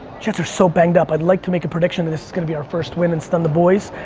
jets are so banged up, i'd like to make a prediction that this is gonna be our first win and stun the boys,